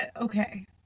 okay